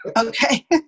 Okay